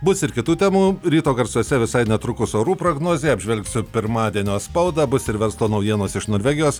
bus ir kitų temų ryto garsuose visai netrukus orų prognozė apžvelgsiu pirmadienio spaudą bus ir verslo naujienos iš norvegijos